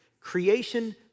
Creation